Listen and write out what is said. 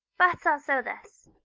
but i'll sew this!